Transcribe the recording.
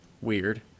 weird